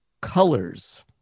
Colors